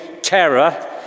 terror